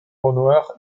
renoir